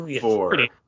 four